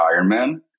Ironman